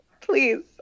please